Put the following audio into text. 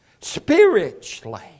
spiritually